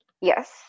Yes